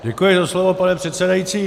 Děkuji za slovo, pane předsedající.